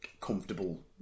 comfortable